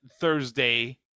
Thursday